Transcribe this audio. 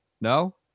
No